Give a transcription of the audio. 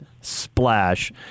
splash